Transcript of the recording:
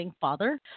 father